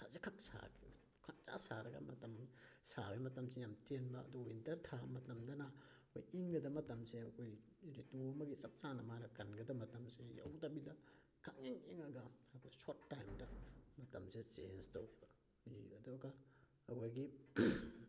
ꯈꯖꯤꯛꯈꯛ ꯁꯥꯈꯤꯕ ꯈꯪꯁꯥ ꯁꯥꯔꯒ ꯃꯇꯝ ꯁꯥꯕꯩ ꯃꯇꯝꯁꯦ ꯌꯥꯝꯅ ꯇꯦꯟꯕ ꯑꯗꯨꯒ ꯋꯤꯟꯇꯔ ꯊꯥ ꯃꯇꯝꯗꯅ ꯑꯩꯈꯣꯏ ꯏꯪꯒꯗꯕ ꯃꯇꯝꯁꯦ ꯑꯩꯈꯣꯏ ꯔꯤꯇꯨ ꯑꯃꯒꯤ ꯆꯞ ꯆꯥꯅ ꯃꯥꯅ ꯀꯟꯒꯗꯕ ꯃꯇꯝꯁꯦ ꯌꯧꯗꯕꯤꯗ ꯈꯪꯏꯪ ꯏꯪꯉꯒ ꯑꯩꯈꯣꯏ ꯁꯣꯔꯠ ꯇꯥꯏꯝꯗ ꯃꯇꯝꯁꯦ ꯆꯦꯟꯖ ꯇꯧꯈꯤꯕ ꯑꯗꯨꯒ ꯑꯩꯈꯣꯏꯒꯤ